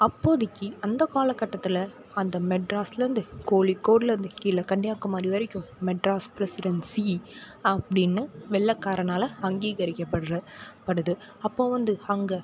அப்போதைக்கு அந்த காலக்கட்டத்தில் அந்த மெட்ராஸ்லேருந்து கோழிக்கோடுலேருந்து கீழே கன்னியாக்குமரி வரைக்கும் மெட்ராஸ் ப்ரசிடன்சி அப்படின்னு வெள்ளைக்காரனால் அங்கீகரிக்கப்படுற படுது அப்போது வந்து அங்கே